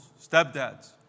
stepdads